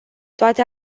toate